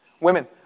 Women